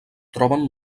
troben